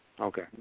Okay